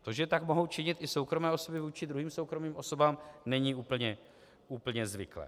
To, že tak mohou činit i soukromé osoby vůči druhým soukromým osobám, není úplně zvyklé.